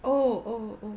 oh oh oh